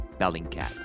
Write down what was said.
Bellingcat